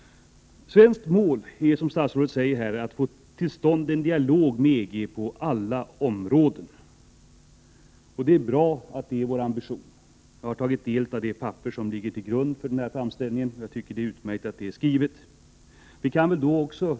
Som statsrådet säger är det ett svenskt mål att få till stånd en dialog med EG på alla områden. Det är en bra ambition som vi har. Jag har tagit del av de skrivelser som ligger till grund för den här framställningen, och det är utmärkt att detta finns nedtecknat.